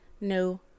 no